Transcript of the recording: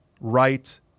right